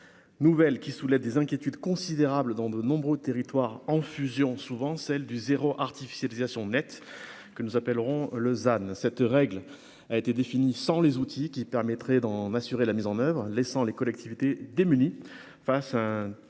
nouvelle qui soulève des inquiétudes considérable dans de nombreux territoires en fusion souvent celle du zéro artificialisation nette que nous appellerons Lausanne cette règle a été défini, sans les outils qui permettraient d'en assurer la mise en oeuvre, laissant les collectivités démunies face à un